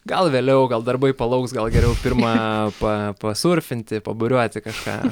gal vėliau gal darbai palauks gal geriau pirma pa pasurfinti paburiuoti kažką